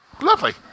lovely